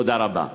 תודה רבה.